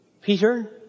Peter